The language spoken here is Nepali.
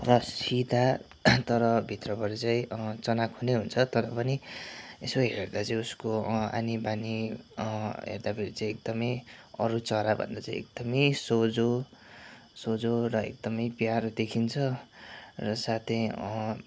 र सिधा तर भित्रबाट चाहिँ चनाखो नै हुन्छ तर पनि यसो हेर्दा चाहिँ उसको आनीबानी हेर्दाखेरि चाहिँ एकदमै अरू चराभन्दा चाहिँ एकदमै सोझो सोझो र एकदमै प्यारो देखिन्छ र साथै